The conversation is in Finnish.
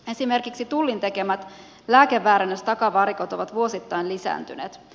esimerkiksi tullin tekemät lääkeväärennöstakavarikot ovat vuosittain lisääntyneet